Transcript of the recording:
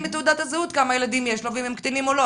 מתעודת הזהות כמה ילדים יש לו ואם הם קטינים או לא,